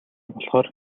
болохоор